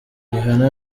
rihana